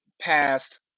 past